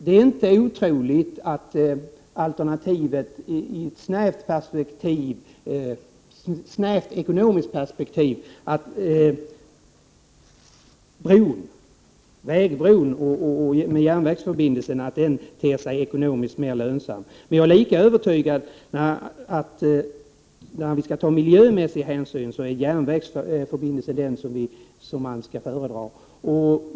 Det är inte otroligt att alternativet med en vägbro kombinerad med en järnvägsförbindelse i ett snävt ekonomiskt perspektiv ter sig ekonomiskt mer lönsamt. Men jag är lika övertygad om att skall man ta miljömässig hänsyn är järnvägsförbindelsen det alternativ man skall föredra.